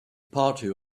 party